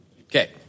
Okay